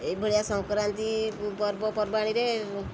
ଏଇଭଳିଆ ସଂକ୍ରାନ୍ତି ପର୍ବପର୍ବାଣୀରେ